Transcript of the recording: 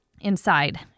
inside